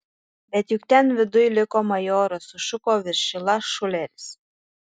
bet juk ten viduj liko majoras sušuko viršila šuleris